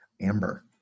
amber